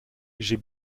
j’ai